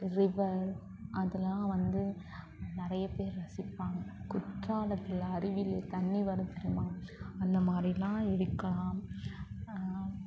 river அதெல்லாம் வந்து நிறைய பேர் ரசிப்பாங்க குற்றாலத்தில் அருவியில் தண்ணி வரும் தெரியுமா அந்த மாதிரிலாம் இருக்கா